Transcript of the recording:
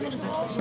12:12.